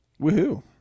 Woohoo